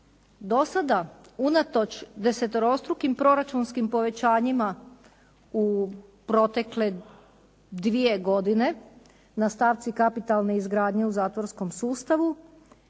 do sada unatoč desetorostrukim proračunskim povećanjima u protekle dvije godine na stavci kapitalne izgradnje u zatvorskom sustavu